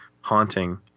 haunting